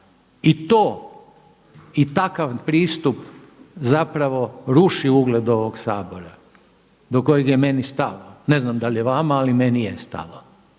i to i takav pristup zapravo ruši ugled ovog Sabora do kojeg je meni stalo. Ne znam da li je vama, ali meni je stalo.